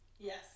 Yes